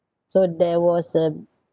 so there was a